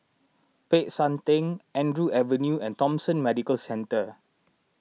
Peck San theng Andrew Avenue and Thomson Medical Centre